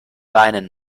weinen